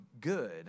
good